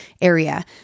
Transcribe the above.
area